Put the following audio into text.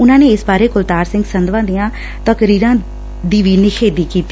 ਉਨੂਾ ਨੇ ਇਸ ਬਾਰੇ ਕੁਲਤਾਰ ਸਿੰਘ ਸੰਧਵਾ ਦੀਆਂ ਹਕਰੀਰਾਂ ਦੀ ਵੀ ਨਿਖੇਦੀ ਕੀਤੀ